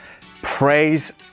Praise